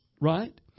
right